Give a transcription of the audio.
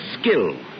skill